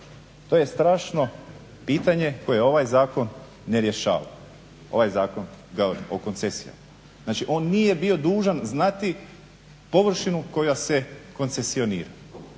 To je strašno pitanje koje ovaj zakon ne rješava, ovaj Zakon o koncesijama. Znači on nije bio dužan znati površinu koja se koncesionira.